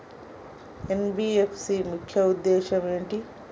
NBFC ముఖ్య ఉద్దేశం ఏంటి?